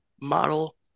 model